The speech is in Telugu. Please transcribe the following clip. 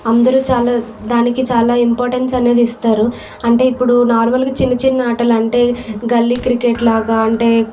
అందరూ చాలా దానికి చాలా ఇంపార్టెంట్స్ అనేది ఇస్తారు అంటే ఇప్పుడు నార్మల్గా చిన్న చిన్న ఆటలు అంటే గల్లీ క్రికెట్ లాగా అంటే